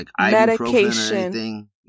medication